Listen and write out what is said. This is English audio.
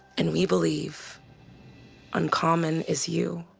and we believe uncommon is you.